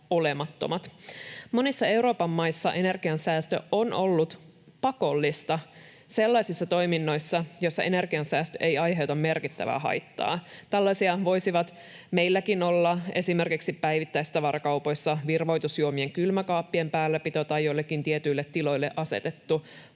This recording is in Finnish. Monissa Euroopan maissa energiansäästö on ollut pakollista sellaisissa toiminnoissa, jossa energiansäästö ei aiheuta merkittävää haittaa. Tällaisia voisivat meilläkin olla esimerkiksi päivittäistavarakaupoissa virvoitusjuomien kylmäkaappien päälläpito tai joillekin tietyille tiloille asetettu